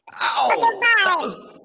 Ow